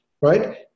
Right